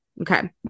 Okay